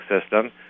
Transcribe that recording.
system